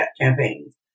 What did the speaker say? campaigns